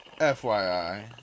FYI